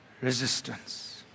resistance